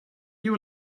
you